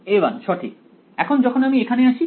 a1 সঠিক এখন যখন আমি এখানে আসি